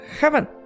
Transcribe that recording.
heaven